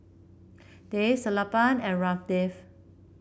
Dev Sellapan and Ramdev